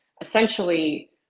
essentially